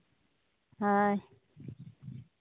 ᱦᱳᱭ